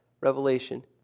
Revelation